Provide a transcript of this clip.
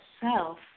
self